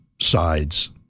sides